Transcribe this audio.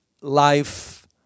life